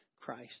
Christ